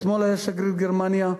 אתמול היה שגריר גרמניה,